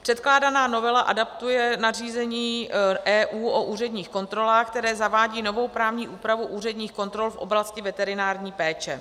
Předkládaná novela adaptuje nařízení EU o úředních kontrolách, které zavádí novou právní úpravu úředních kontrol v oblasti veterinární péče.